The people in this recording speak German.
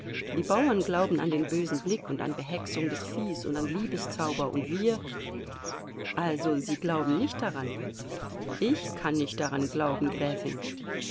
die bauern glauben an den bösen blick und an behexung des viehs und an liebeszauber und wir also sie glauben nicht daran ich kann nicht daran glauben gräfin